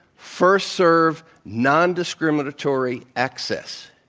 first serve nondiscriminatory access.